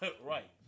Right